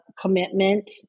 commitment